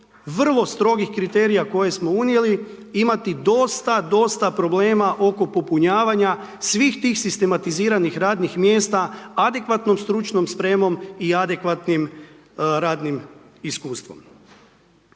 vrlo strogih kriterija koje smo unijeli imati dosta, dosta problema oko popunjavanja svih tih sistematiziranih radnih mjesta adekvatnom stručnom spremom i adekvatnim radnim iskustvom.